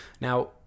now